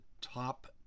top